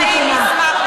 חברת הכנסת נחמיאס ורבין,